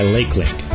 LakeLink